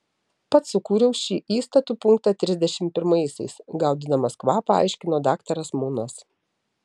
pats sukūriau šį įstatų punktą trisdešimt pirmaisiais gaudydamas kvapą aiškino daktaras munas